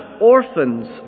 orphans